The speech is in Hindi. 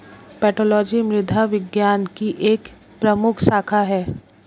पेडोलॉजी मृदा विज्ञान की एक प्रमुख शाखा है